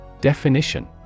Definition